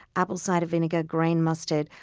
apple cider vinegar, grain mustard,